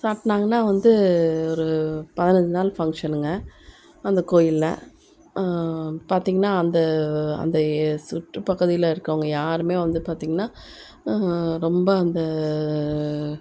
சாட்டினாங்கன்னா வந்து ஒரு பதினைஞ்சி நாள் பங்க்ஷனுங்க அந்த கோயிலில் பார்த்தீங்கன்னா அந்த அந்தய சுற்று பகுதியில் இருக்கிறவங்க யாருமே வந்து பார்த்தீங்கன்னா ரொம்ப அந்த